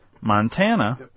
Montana